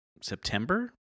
September